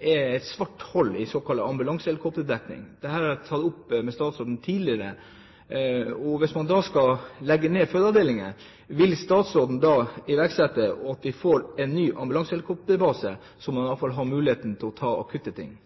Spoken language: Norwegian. er et svart hull i såkalt ambulansehelikopterdekning. Dette har jeg tatt opp med statsråden tidligere. Hvis man skal legge ned fødeavdelinger, vil statsråden da sørge for at vi får en ny ambulansehelikopterbase sånn at man i hvert fall har muligheten til å ta akutte tilfeller?